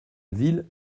ville